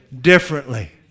differently